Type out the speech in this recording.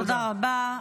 תודה רבה.